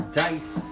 dice